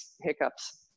hiccups